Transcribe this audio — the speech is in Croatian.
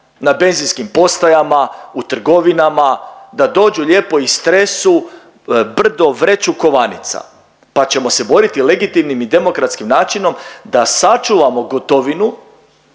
na benzinskim postajama, u trgovinama, da dođu ljepo istresu brdo vreću kovanica pa ćemo se boriti legitimnim i demokratskim načinom da sačuvamo gotovinu,